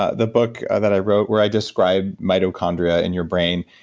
ah the book that i wrote where i described mitochondria in your brain.